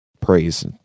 praise